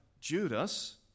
Judas